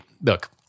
look